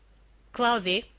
cloudy,